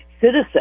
citizen